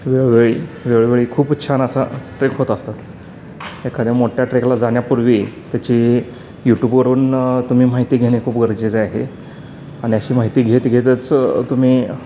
वेळोवेळी वेळोवेळी खूपच छान असा ट्रेक होत असतात एखाद्या मोठ्या ट्रेकला जाण्यापूर्वी त्याची यूटूबवरून तुम्ही माहिती घेणे खूप गरजेचे आहे आणि अशी माहिती घेत घेतच तुम्ही